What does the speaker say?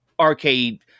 arcade